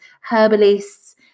herbalists